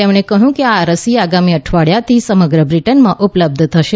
તેમણે કહ્યું કે આ રસી આગામી અઠવાડીયાથી સમગ્ર બ્રિટેનમાં ઉપલબ્ધ થશે